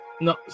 no